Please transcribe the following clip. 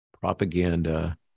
propaganda